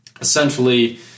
essentially